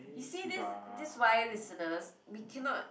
you see this this why listeners we cannot